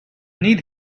need